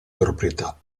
proprietà